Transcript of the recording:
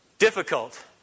Difficult